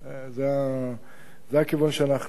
זה הכיוון שאנחנו,